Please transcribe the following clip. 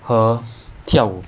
和跳舞